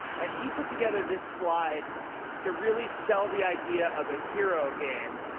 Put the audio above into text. and he put together this slide to really sell the idea of a hero game.